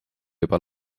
juba